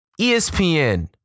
espn